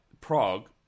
Prague